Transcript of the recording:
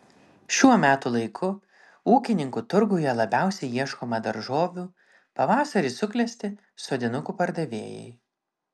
šiuo metų laiku ūkininkų turguje labiausiai ieškoma daržovių pavasarį suklesti sodinukų pardavėjai